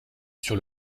sur